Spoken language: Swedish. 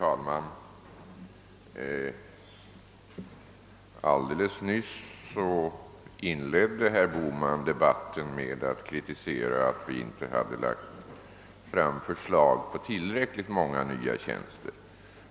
Herr talman! Herr Bohman inledde alldeles nyss debatten med att kritisera oss för att vi inte lagt fram förslag till tillräckligt många nya tjänster.